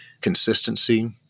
consistency